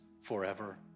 forever